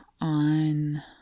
on